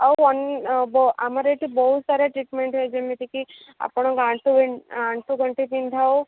ଆଉ ଅନ୍ୟ ଆମର ଏଠି ବହୁତ ସାରା ଟ୍ରିଟ୍ମେଣ୍ଟ୍ ହୁଏ ଯେମିତି କି ଆପଣଙ୍କ ଆଁଣ୍ଠୁ ଗଣ୍ଠି ବିନ୍ଧା ହେଉ